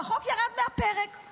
והחוק ירד מהפרק.